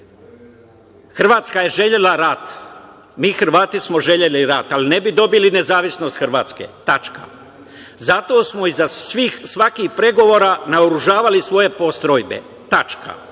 „Hrvatska je želela rat. Mi Hrvati smo želeli rat, ali ne bi dobili nezavisnost Hrvatske. Tačka. Zato smo iza svakih pregovora naoružavali svoje postrojbe. Tačka.